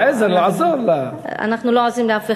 "עזר", לעזור, אנחנו לא עוזרות לאף אחד.